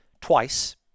twice